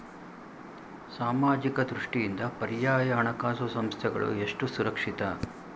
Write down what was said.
ಸಾಮಾಜಿಕ ದೃಷ್ಟಿಯಿಂದ ಪರ್ಯಾಯ ಹಣಕಾಸು ಸಂಸ್ಥೆಗಳು ಎಷ್ಟು ಸುರಕ್ಷಿತ?